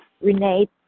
Renee